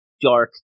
dark